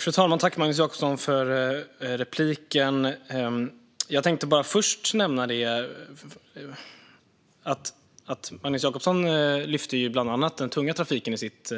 Fru talman! Tack, Magnus Jacobsson, för repliken! Magnus Jacobsson tog bland annat upp den tunga trafiken i sitt